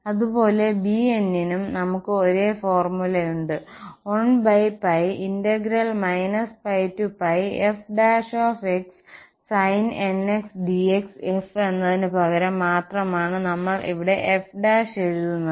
അതുപോലെ bn നും നമ്മൾ ക്ക് ഒരേ ഫോർമുലയുണ്ട് 1 π f sinnx dx f എന്നതിനുപകരം മാത്രമാണ് നമ്മൾ ഇവിടെ f എഴുതുന്നത്